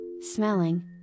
smelling